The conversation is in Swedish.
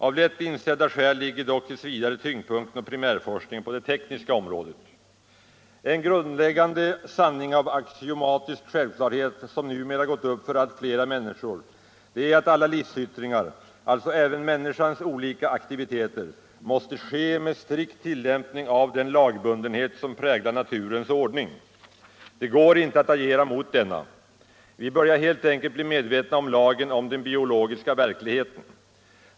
Av lätt insedda skäl ligger dock tills vidare tyngdpunkten och primärforskningen på det tekniska området. En grundläggande sanning av axiomatisk självklarhet som numera gått upp för allt fler människor är att alla livsyttringar, alltså även människans alla olika aktiviteter, måste ske med strikt tillämpning av den lagbundenhet som präglar naturens ordning. Det går inte att agera mot denna. Vi börjar helt enkelt bli medvetna om lagen om den biologiska verkligheten.